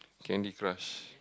Candy-Crush